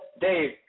Dave